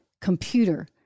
computer